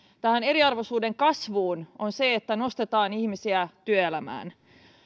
tähän eriarvoisuuden kasvuun on se että nostetaan ihmisiä työelämään